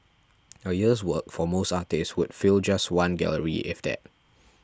a year's work for most artists would fill just one gallery if that